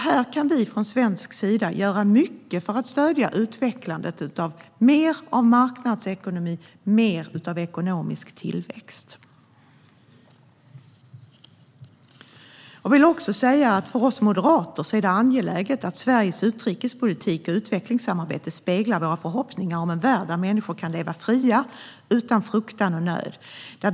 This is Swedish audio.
Vi kan från svensk sida göra mycket för att stödja utvecklandet av mer marknadsekonomi och mer ekonomisk tillväxt. För oss moderater är det angeläget att Sveriges utrikespolitik och utvecklingssamarbete speglar våra förhoppningar om en värld där människor kan leva fria, utan fruktan och nöd.